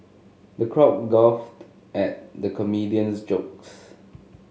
the crowd guffawed at the comedian's jokes